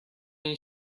این